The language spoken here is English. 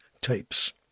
Tapes